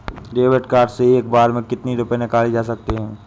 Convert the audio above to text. David card से एक बार में कितनी रूपए निकाले जा सकता है?